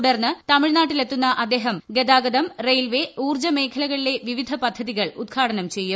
തുടർന്ന് തമിഴ്നാട്ടിൽ എത്തുന്ന അദ്ദേഹം ഗതാഗതം റെയിൽവേ ഊർജ മേഖലകളിലെ വിവിധ പദ്ധതികൾ ഉദ്ഘാടനം ചെയ്യും